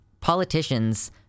politicians